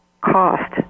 cost